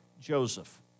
Joseph